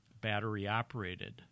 battery-operated